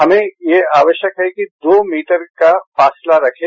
हमें यह आवश्यक है कि दो मीटर का फासला रखें